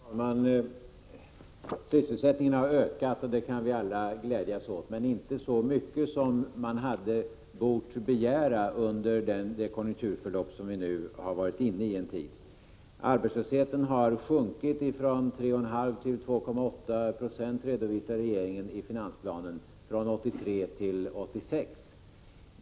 Herr talman! Sysselsättningen har ökat — det kan vi alla glädjas åt. Men den har inte ökat så mycket som man hade bort begära under det konjunkturförlopp som vi nu har varit inne i en tid. Regeringen redovisar i finansplanen att arbetslösheten har sjunkit från 3,5 till 2,8 26 från 1983 till 1986.